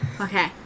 Okay